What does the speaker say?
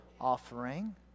offering